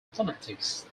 phonetics